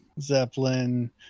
Zeppelin